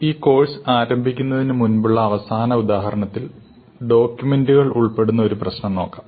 ഈ കോഴ്സിൽ ആരംഭിക്കുന്നതിനു മുമ്പുള്ള അവസാന ഉദാഹരണത്തിൽ ഡോക്യൂമെന്റുകൾ ഉൾപ്പെടുന്ന ഒരു പ്രശ്നം നോക്കാം